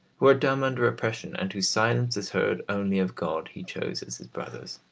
who are dumb under oppression, and whose silence is heard only of god he chose as his brothers.